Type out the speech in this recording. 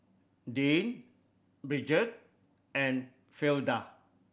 Dean Bridgette and Fleda